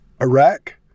Iraq